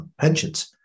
pensions